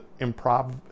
improv